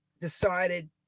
decided